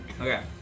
Okay